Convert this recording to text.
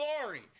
glory